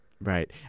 Right